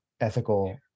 ethical